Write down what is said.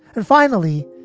and finally,